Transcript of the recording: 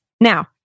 Now